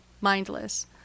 mindless